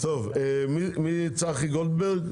טוב, מי זה צחי גולדברג?